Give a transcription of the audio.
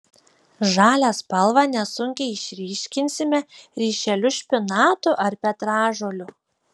žalią spalvą nesunkiai išryškinsime ryšeliu špinatų ar petražolių